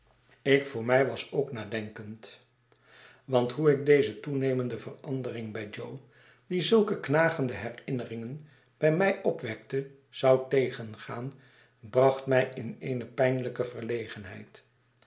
ik voor mij was ook nadenkend want hoe ik deze toenemende verandering bij jo die zulke knagende herinneringen by mij opwekte zou tegengaan bracht mij in eene pijnlijke